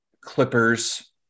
Clippers